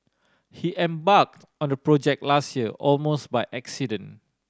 he embarked on the project last year almost by accident